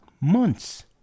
months